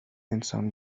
انسان